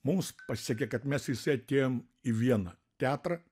mums pasisekė kad mes visi atėjom į vieną teatrą